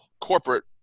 corporate